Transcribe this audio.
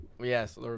Yes